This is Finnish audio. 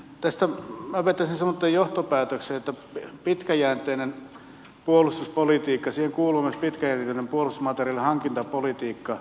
tästä minä vetäisin semmoisen johtopäätöksen että pitkäjänteiseen puolustuspolitiikkaan kuuluu myös pitkäjänteinen puolustusmateriaalin hankintapolitiikka